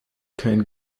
kein